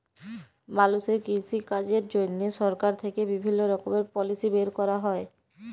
মালুষের কৃষিকাজের জন্হে সরকার থেক্যে বিভিল্য রকমের পলিসি বের ক্যরা হ্যয়